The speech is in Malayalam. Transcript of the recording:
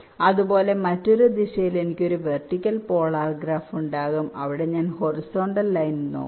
അതുപോലെ മറ്റൊരു ദിശയിൽ എനിക്ക് ഒരു വെർട്ടിക്കൽ പോളാർ ഗ്രാഫ് ഉണ്ടാകും അവിടെ ഞാൻ ഹൊറിസോണ്ടൽ ലൈൻ നോക്കുന്നു